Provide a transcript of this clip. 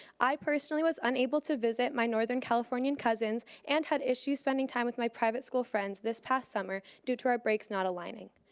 i personally was unable to visit my northern californian cousins and had issues spending time with my private school friends this past summer due to our breaks not aligning.